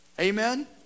amen